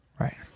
Right